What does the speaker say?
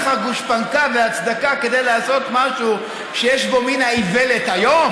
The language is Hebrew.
לך גושפנקה והצדקה לעשות משהו שיש בו מן האיוולת היום?